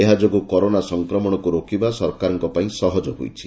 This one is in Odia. ଏହାଯୋଗୁଁ କରୋନା ସଂକ୍ରମଣକୁ ରୋକିବା ସରକାରଙ୍କ ପାଇଁ ସହଜ ହୋଇଛି